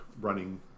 running